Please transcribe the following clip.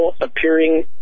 appearing